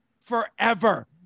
forever